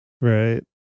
right